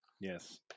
yes